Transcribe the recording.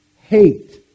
hate